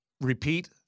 Repeat